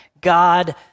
God